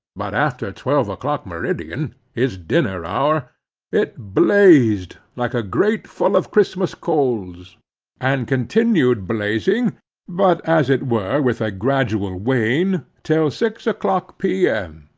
but after twelve o'clock, meridian his dinner hour it blazed like a grate full of christmas coals and continued blazing but, as it were, with a gradual wane till six o'clock, p m.